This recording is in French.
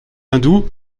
hindoue